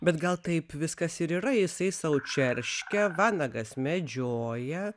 bet gal taip viskas ir yra jisai sau čerškia vanagas medžioja